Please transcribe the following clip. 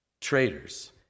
traitors